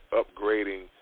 upgrading